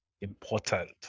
important